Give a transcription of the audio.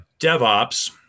DevOps